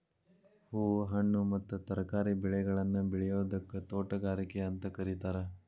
ಹೂ, ಹಣ್ಣು ಮತ್ತ ತರಕಾರಿ ಬೆಳೆಗಳನ್ನ ಬೆಳಿಯೋದಕ್ಕ ತೋಟಗಾರಿಕೆ ಅಂತ ಕರೇತಾರ